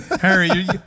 Harry